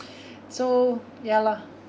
so ya lah